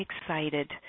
excited